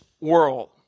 world